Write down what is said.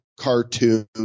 cartoon